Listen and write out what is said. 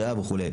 ריאה וכו',